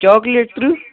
chocolate تٕرٛہ